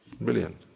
Brilliant